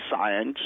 science